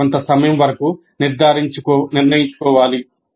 వారు కొంత సమయం వరకు నిర్ణయించుకోవాలి